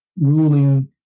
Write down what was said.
ruling